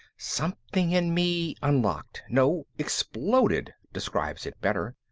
something in me unlocked no, exploded describes it better.